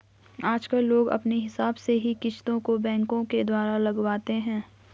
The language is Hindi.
आजकल लोग अपने हिसाब से ही किस्तों को बैंकों के द्वारा लगवाते हैं